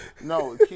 No